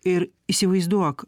ir įsivaizduok